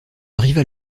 rival